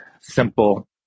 simple